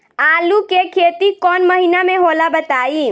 आलू के खेती कौन महीना में होला बताई?